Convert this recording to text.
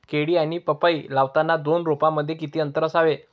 केळी किंवा पपई लावताना दोन रोपांमध्ये किती अंतर असावे?